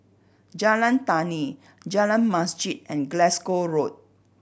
Jalan Tani Jalan Masjid and Glasgow Road